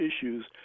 issues